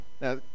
Now